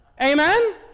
Amen